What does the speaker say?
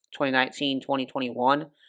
2019-2021